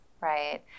right